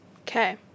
okay